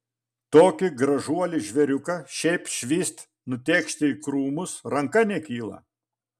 tokį gražuolį žvėriuką šiaip švyst nutėkšti į krūmus ranka nekyla